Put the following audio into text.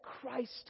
Christ